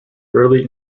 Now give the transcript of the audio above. early